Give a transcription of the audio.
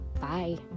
Bye